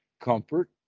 comfort